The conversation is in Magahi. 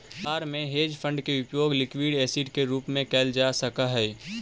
व्यापार में हेज फंड के उपयोग लिक्विड एसिड के रूप में कैल जा सक हई